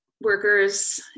workers